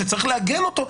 שצריך לעגן אותו.